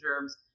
germs